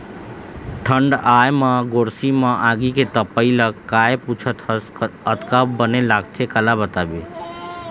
ठंड आय म गोरसी म आगी के तपई ल काय पुछत हस अतका बने लगथे काला बताबे